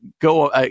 go